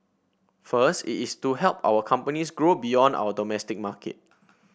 first it is to help our companies grow beyond our domestic market